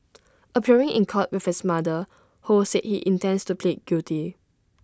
appearing in court with his mother ho said he intends to plead guilty